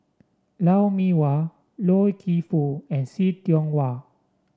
Lou Mee Wah Loy Keng Foo and See Tiong Wah